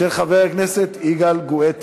הצעה לסדר-היום של חבר הכנסת יגאל גואטה,